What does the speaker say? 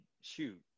shoot